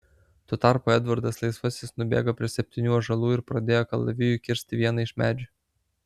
tuo tarpu edvardas laisvasis nubėgo prie septynių ąžuolų ir pradėjo kalaviju kirsti vieną iš medžių